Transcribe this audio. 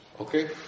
Okay